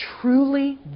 Truly